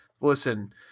listen